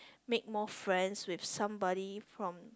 make more friends with somebody from